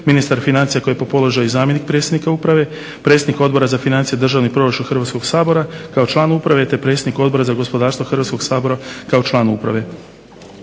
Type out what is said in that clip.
ministar financija koji je po položaju zamjenik predsjednika uprave, predsjednik Odbora za financije i državni proračun Hrvatskog sabora kao član uprave, te predsjednik Odbora za gospodarstvo Hrvatskog sabora kao član uprave.